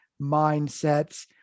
mindsets